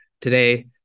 today